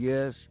Yes